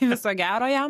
viso gero jam